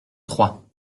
trois